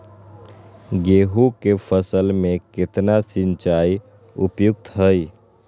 गेंहू के फसल में केतना सिंचाई उपयुक्त हाइ?